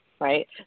right